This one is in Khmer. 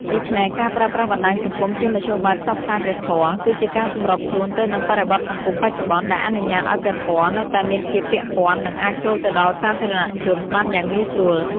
ដូច្នេះ ការប្រើប្រាស់បណ្តាញសង្គមជាមធ្យោបាយផ្សព្វផ្សាយព្រះធម៌ គឺជាការសម្របខ្លួនទៅនឹងបរិបទសង្គមបច្ចុប្បន្ន ដែលអនុញ្ញាតឱ្យព្រះធម៌នៅតែមានភាពពាក់ព័ន្ធ និងអាចចូលទៅដល់សាធារណជនបានយ៉ាងងាយស្រួល។